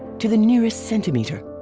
to the nearest centimeter.